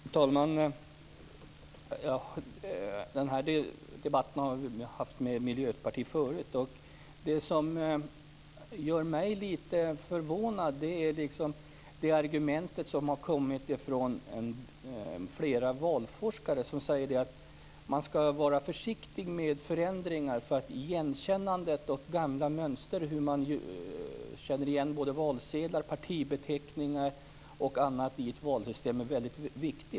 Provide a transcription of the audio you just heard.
Fru talman! Den här debatten har jag haft med Miljöpartiet tidigare. Det som gör mig lite förvånad är det argument som har kommit från flera valforskare som säger att man ska vara försiktig med förändringar, eftersom det är väldigt viktigt med igenkännandet av valsedlar, partibeteckningar och annat i ett valsystem.